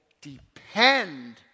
depend